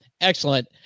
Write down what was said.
Excellent